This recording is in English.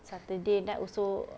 saturday night also